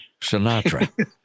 Sinatra